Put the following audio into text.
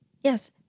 yes